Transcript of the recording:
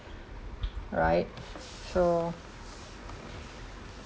right so